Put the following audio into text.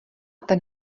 ten